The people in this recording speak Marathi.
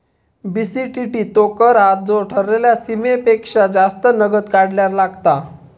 बी.सी.टी.टी तो कर हा जो ठरलेल्या सीमेपेक्षा जास्त नगद काढल्यार लागता